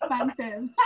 expensive